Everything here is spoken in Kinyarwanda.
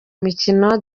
mikino